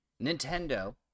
Nintendo